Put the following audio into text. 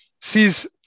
sees